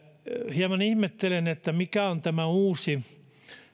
hieman ihmettelen mikä on tämä uusi